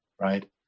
right